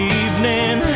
evening